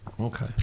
Okay